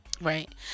Right